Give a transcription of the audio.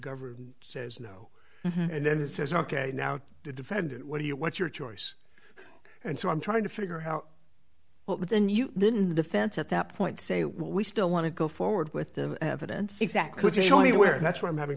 government says no and then it says ok now the defendant what do you what's your choice and so i'm trying to figure how well with the new didn't the defense at that point say well we still want to go forward with the evidence exact could you show me where that's where i'm having